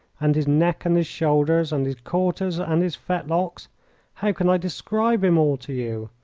and his neck, and his shoulder, and his quarters, and his fetlocks how can i describe him all to you?